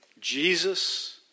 Jesus